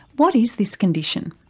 what is this condition?